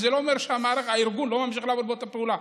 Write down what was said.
זה לא אומר שהארגון ממשיך לא לעבוד באותה צורה.